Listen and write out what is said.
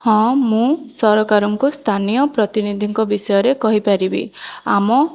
ହଁ ମୁଁ ସରକାରଙ୍କ ସ୍ଥାନୀୟ ପ୍ରତିନିଧିଙ୍କ ବିଷୟରେ କହିପାରିବି ଆମ